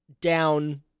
down